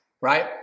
right